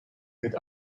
with